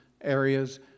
areas